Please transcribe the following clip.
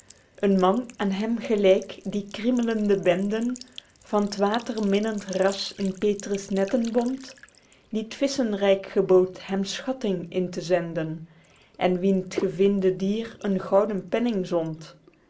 een man aen hem gelyk die kriemelende benden van t waterminnend ras in petrus netten bond die t visschenryk gebood hem schatting in te zenden en wien t gevinde dier een gouden penning